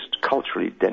culturally